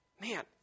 Man